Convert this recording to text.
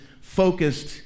focused